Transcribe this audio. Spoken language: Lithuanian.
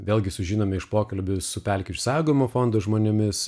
vėlgi sužinome iš pokalbių su pelkių išsaugojimo fondu žmonėmis